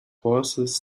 horses